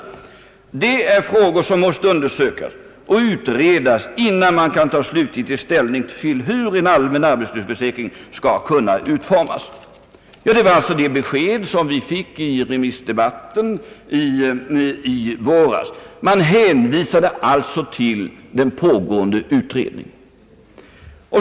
Det är, enligt herr Holmberg, frågor som måste undersökas och utredas in nan man kan ta slutgiltig ställning till hur en allmän arbetslöshetsförsäkring skall kunna utformas. Det var de besked som vi fick i remissdebatten i januari i år. Man hänvisade till den pågående utredningen.